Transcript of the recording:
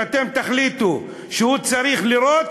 אם אתם תחליטו שהוא צריך לירות,